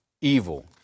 evil